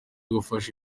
gufasha